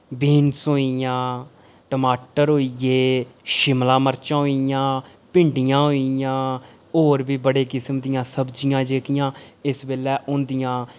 beans होइयां टमाटर होई गे शिमला मर्चां होइयां भिंडियां होइयां होर बी बड़े किस्म दियां सब्जियां जेह्कियां इस बेल्लै होंदियां